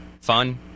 fun